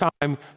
time